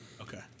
Okay